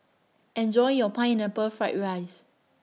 Enjoy your Pineapple Fried Rice